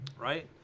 Right